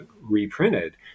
reprinted